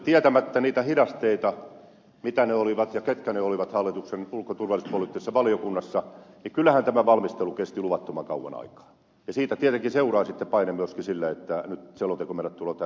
tietämättä niitä hidasteita mitä ne olivat ja ketkä ne olivat hallituksen ulko ja turvallisuuspoliittisessa valiokunnassa niin kyllähän tämä valmistelu kesti luvattoman kauan aikaa ja siitä tietenkin seuraa sitten paine myöskin siihen että nyt selontekomenettelyä täytyy uudistaa